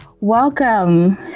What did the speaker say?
Welcome